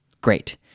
Great